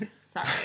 Sorry